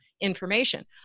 information